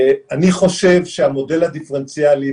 אני חושב שהמודל הדיפרנציאלי,